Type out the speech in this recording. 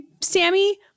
Sammy